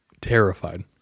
Terrified